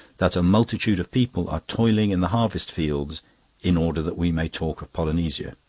that a multitude of people are toiling in the harvest fields in order that we may talk of polynesia.